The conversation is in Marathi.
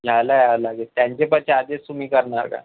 घ्यायला यावं लागेल त्याचे पण चार्जेस तुम्ही करणार का